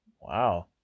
Wow